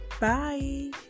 Bye